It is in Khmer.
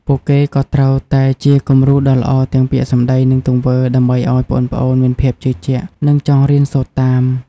ពួកគេក៏ត្រូវតែជា គំរូដ៏ល្អ ទាំងពាក្យសម្ដី និងទង្វើ ដើម្បីឱ្យប្អូនៗមានភាពជឿជាក់ និងចង់រៀនសូត្រតាម។